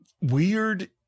weird